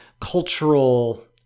cultural –